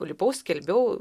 lipau skelbiau